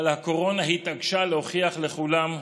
אבל הקורונה התעקשה להוכיח לכולם: